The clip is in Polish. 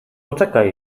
poczekaj